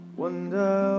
Wonder